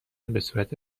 بهصورت